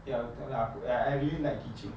ya betul lah I I really like teaching